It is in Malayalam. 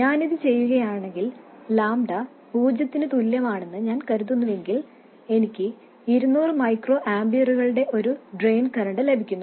ഞാൻ ഇത് ചെയ്യുകയാണെങ്കിൽ ലാംഡ 0 ന് തുല്യമാണെന്ന് ഞാൻ കരുതുന്നുവെങ്കിൽ എനിക്ക് 200 മൈക്രോ ആമ്പിയറുകളുടെ ഒരു ഡ്രെയിൻ കറന്റ് ലഭിക്കുന്നു